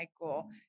Michael